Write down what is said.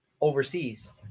overseas